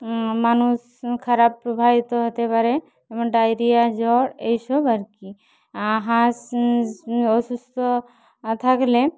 মানুষ খারাপ প্রবাহিত হতে পারে এবং ডায়রিয়া জ্বর এইসব আর কি হাঁস অসুস্থ থাকলে